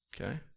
Okay